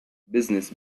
business